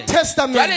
Testament